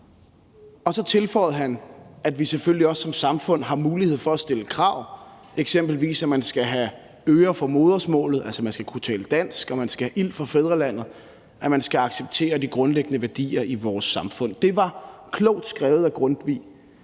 Og så tilføjede han, at vi selvfølgelig også som samfund har mulighed for at stille krav, eksempelvis at man skal have øre for modersmålet, altså at man skal kunne tale dansk, og at man skal have ild for fædrelandet, at man skal acceptere de grundlæggende værdier i vores samfund. Det var klogt skrevet af Grundtvig,